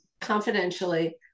confidentially